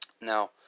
Now